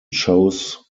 chose